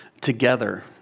together